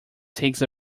takes